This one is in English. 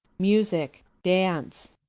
musicke, dance.